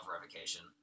Revocation